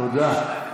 תודה.